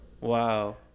Wow